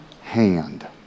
hand